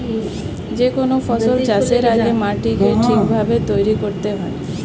যে কোনো ফসল চাষের আগে মাটিকে ঠিক ভাবে তৈরি করতে হয়